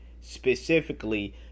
specifically